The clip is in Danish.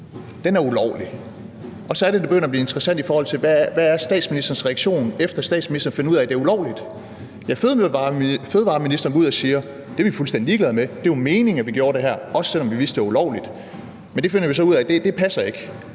er ulovlig, og så er det, at det begynder at blive interessant, i forhold til hvad statsministerens reaktion er, efter at statsministeren finder ud af, at det er ulovligt. Fødevareministeren går ud og siger: Det er vi fuldstændig ligeglade med, det var meningen, at vi gjorde det her, også selv om vi vidste, at det var ulovligt. Det finder vi så ud af ikke passer.